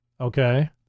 Okay